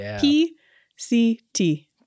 P-C-T